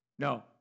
No